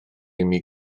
imi